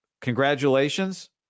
Congratulations